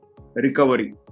recovery